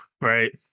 right